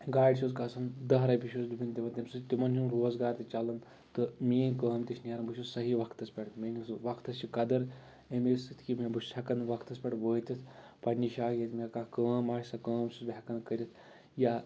گاڑِ چھُس کھَسان دَہ رۄپیہِ چھُس بہٕ دِوَان تٔمسٕے تِمَن ہُنٛد روزگار تہِ چَلَان تہٕ میٛٲنۍ کٲم تہِ چھِ نیرَان بہٕ چھُس صحیح وَقتَس پٮ۪ٹھ مٲنیو سُہ وَقتَس چھِ قدر اَمے سۭتۍ کہ مےٚ بہٕ چھُس ہٮ۪کَان وَقتَس پٮ۪ٹھ وٲتِتھ پںٛنہِ جایہِ ییٚتہِ مےٚ کانٛہہ کٲم آسہِ سۄ کٲم چھُس بہٕ ہٮ۪کَان کٔرِتھ یا